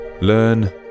learn